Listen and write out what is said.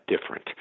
different